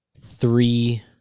three